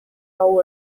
hau